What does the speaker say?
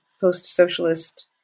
post-socialist